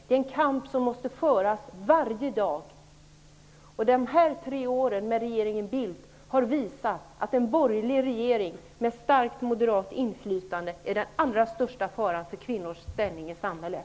Det är en kamp som måste föras varje dag. De här tre åren med regeringen Bildt har visat att en borgerlig regering med starkt moderat inflytande är den allra största faran för kvinnors ställning i samhället.